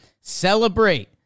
celebrate